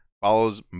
follows